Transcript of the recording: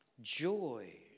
Joy